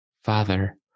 Father